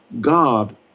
God